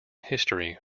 history